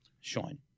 Sean